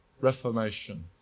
reformation